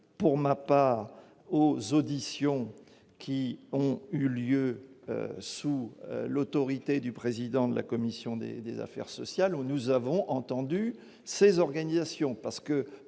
pour ma part, aux auditions qui ont eu lieu sous l'autorité du président de la commission des affaires sociales, où nous avons entendu ces organisations.